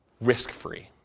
risk-free